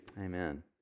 Amen